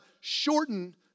shorten